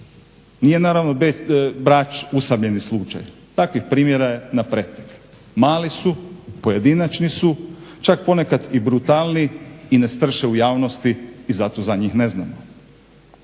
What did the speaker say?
Nije naravno Brač usamljeni slučaj. Takvih primjera je na pretek. Mali su, pojedinačni su, čak ponekad i brutalniji i ne strše u javnosti i zato za njih ne znamo.